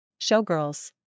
Showgirls